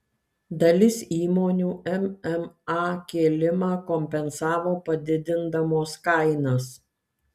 dalis įmonių mma kėlimą kompensavo padidindamos kainas